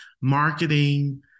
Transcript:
marketing